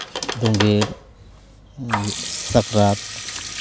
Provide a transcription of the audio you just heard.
ᱫᱳᱸᱜᱮᱲ ᱥᱟᱠᱨᱟᱛ